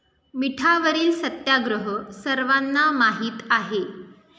मिठावरील सत्याग्रह सर्वांना माहीत आहे